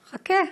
חכה,